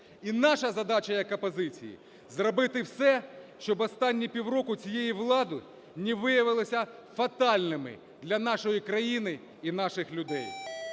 І наша задача як опозиції – зробити все, щоб останні півроку цієї влади не виявилися фатальними для нашої країни і наших людей.